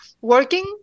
working